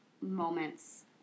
moments